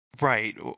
Right